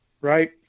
Right